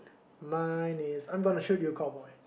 mine is I'm gonna shoot shoot you cowboy